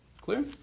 Clear